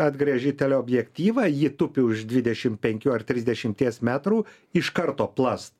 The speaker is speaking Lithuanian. atgręži teleobjektyvą ji tupi už tvidešimt penkių ar trisdešimties metrų iš karto plast